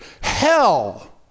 Hell